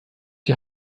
die